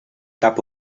cap